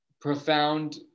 profound